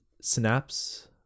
Synapse